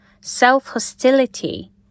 self-hostility